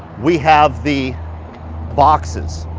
we have the boxes.